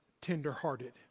tender-hearted